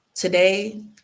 Today